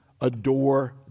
adore